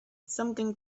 something